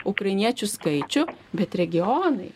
ukrainiečių skaičių bet regionai